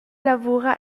lavura